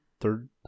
third